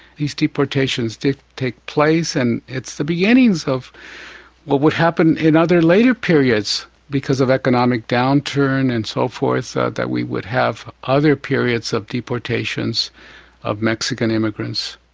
these deportations did take place and it's the beginnings of what would happen in other later periods because of economic downturn and so forth that that we would have other periods of deportations of mexican immigrants.